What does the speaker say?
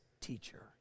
teacher